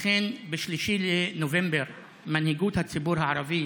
לכן ב-3 בנובמבר מנהיגות הציבור הערבי